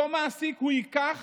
אותו מעסיק ייקח